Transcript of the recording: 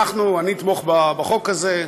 אני אתמוך בחוק הזה.